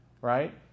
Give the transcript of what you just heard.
right